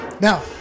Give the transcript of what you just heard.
Now